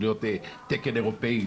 תקן אירופאי,